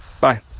Bye